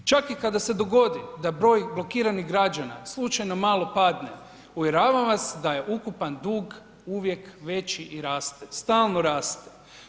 Čak i kada se dogodi da broj blokiranih građana slučajno malo padne uvjeravam vas da je ukupan dug uvijek već i raste, stalno raste.